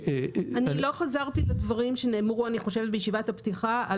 לא חזרתי לדברים שנאמרו בישיבת הפתיחה,